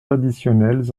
additionnels